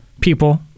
people